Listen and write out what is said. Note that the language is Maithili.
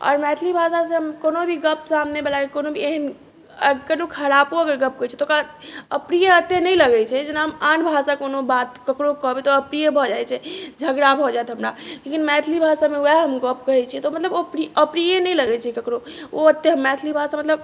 आओर मैथिली भाषा से कोनो भी गप सप सामने बलाके कोनो भी एहन कोनो खराबो अगर गप तऽ ओकरा अप्रिय एतेक नहि लगैत छै जेना आन भाषा कोनो बात केकरो कहबै तऽअप्रिय भऽ जाइत छै झगड़ा भऽ जाइत हमरा लेकिन मैथिली भाषामे ओएह हम गप कहैत छियै तऽ ओ मतलब अप्रिय नहि लगैत छै केकरो ओ ओते मैथिली भाषा मतलब